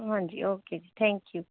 ਹਾਂਜੀ ਓਕੇ ਜੀ thank you